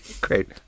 Great